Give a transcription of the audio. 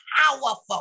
powerful